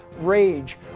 Rage